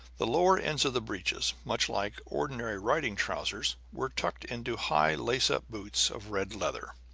the lower ends of the breeches, much like ordinary riding trousers, were tucked into high lace-up boots of red leather.